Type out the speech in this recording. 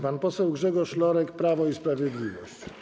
Pan poseł Grzegorz Lorek, Prawo i Sprawiedliwość.